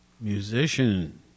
Musician